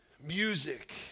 music